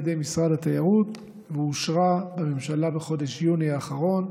ידי משרד התיירות ואושרה בממשלה בחודש יוני האחרון,